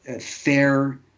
fair